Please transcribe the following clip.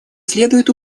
следует